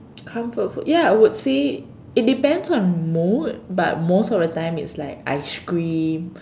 comfort food ya I would say it depends on mood but most of the time it's like ice cream